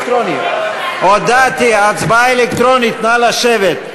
הודעתי, הצבעה אלקטרונית, נא לשבת.